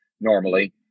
normally